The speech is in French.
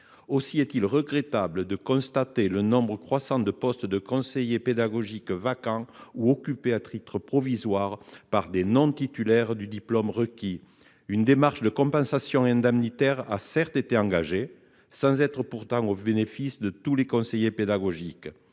Il est regrettable de constater le nombre croissant de postes de conseillers pédagogiques vacants ou occupés à titre provisoire par des non-titulaires du diplôme requis. Une démarche de compensation indemnitaire a certes été engagée, mais elle n'a pas bénéficié à tous les conseillers pédagogiques.